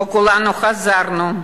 לא כולנו חזרנו.